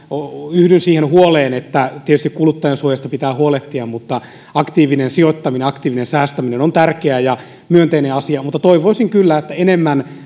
yhdyn siihen huoleen että tietysti kuluttajansuojasta pitää huolehtia mutta aktiivinen sijoittaminen aktiivinen säästäminen on tärkeä ja myönteinen asia mutta toivoisin kyllä että enemmän